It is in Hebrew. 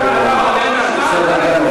בעיה,